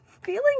feeling